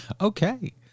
okay